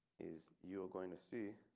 is you are going to see?